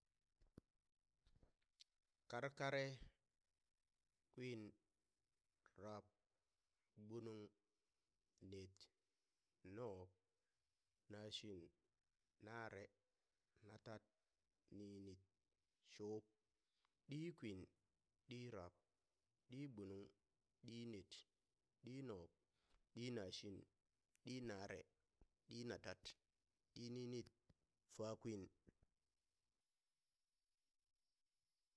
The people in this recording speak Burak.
Karkare, kwin, rab, gbunung, net, nuub, nashin, nare, natat, ninit, shuub, ɗikwin, ɗirab, ɗigbunung, ɗinet, ɗinuub, ɗinashin, ɗinare, ɗinatat, ɗininit, fakwin.